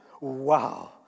wow